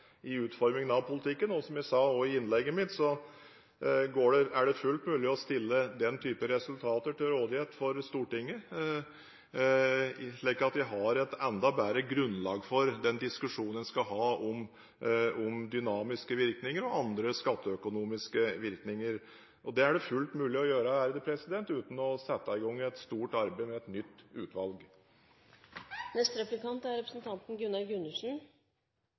i utformingen av politikken. Som jeg også sa i innlegget mitt, er det fullt mulig å stille den typen resultater til rådighet for Stortinget, slik at vi har et enda bedre grunnlag for den diskusjonen en skal ha om dynamiske virkninger og andre skatteøkonomiske virkninger. Det er det fullt mulig å gjøre uten å sette i gang et stort arbeid med et nytt utvalg. Statsråden sa at skattelette ikke er